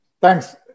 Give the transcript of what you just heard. Thanks